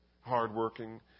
hard-working